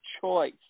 choice